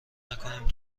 نکنیم